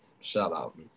Shout-out